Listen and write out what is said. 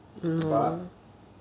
but